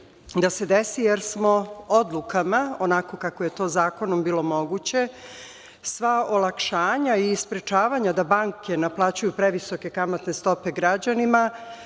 da se desi, jer smo odlukama, onako kako je to zakonom bilo moguće, sva olakšanja i sprečavanja da banke naplaćuju previsoke kamatne stope građanima,